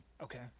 Okay